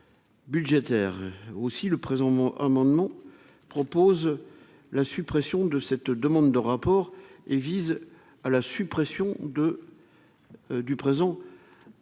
aussi le présent mon amendement propose la suppression de cette demande de rapport et vise à la suppression de du présent article et